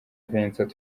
vincent